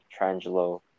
Trangelo